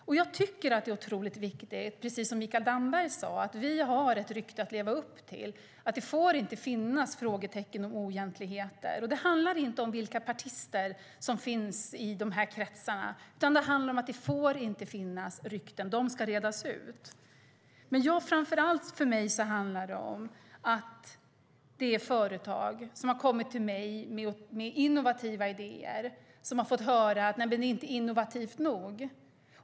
Som Mikael Damberg sade har vi ett otroligt viktigt rykte att leva upp till. Det får inte finnas frågetecken och oegentligheter. Och det handlar inte om vilka partister som finns i de här kretsarna, utan det handlar om att det inte får finnas rykten. De ska redas ut. Företag med innovativa idéer har kommit till mig och berättat att de har fått höra att det inte är innovativt nog.